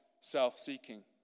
self-seeking